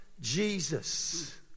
Jesus